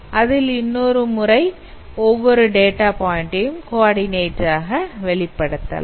அதில் இன்னொரு முறை ஒவ்வொரு டேட்டா பாயிண்ட்ஐயும் குவடிநெட் ஆக வெளிப்படுத்தலாம்